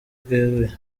bweruye